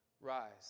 Rise